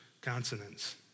consonants